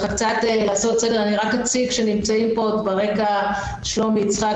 רק אציג שנמצאים פה גם שלמה יצחק,